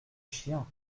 chien